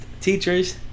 teachers